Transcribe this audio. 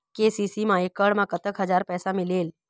KCC मा एकड़ मा कतक हजार पैसा मिलेल?